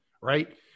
right